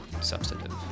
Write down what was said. substantive